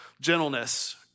Gentleness